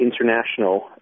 international